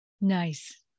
Nice